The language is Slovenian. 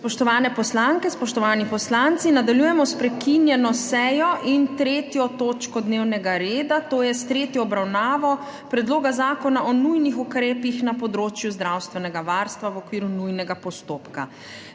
Spoštovane poslanke, spoštovani poslanci! **Nadaljujemo s prekinjeno sejo in 3. točko dnevnega reda, to je s****tretjo obravnavo****Predloga zakona o nujnih ukrepih na področju zdravstvenega varstva v okviru nujnega postopka.**